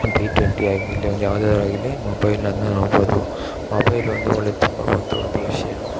ಒಂದು T twenty ಆಗಿರಲಿ ಒಂದು ಯಾವ್ದಾದರೂ ಆಗಿರಲಿ ಮೊಬೈಲನ್ನು ನೋಡ್ಬೋದು ಮೊಬೈಲ್ ಒಂದು ಒಳ್ಳೆಯ ತುಂಬ ಒಂದು ಒಂದು ವಿಷಯ